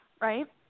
right